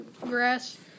grass